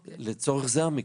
לצורך זה המקלחות.